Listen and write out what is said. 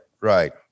Right